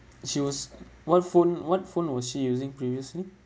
she was what phone what phone was she using previously